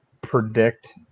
predict